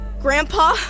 Grandpa